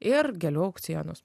ir gėlių aukcionus